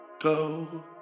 go